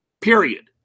period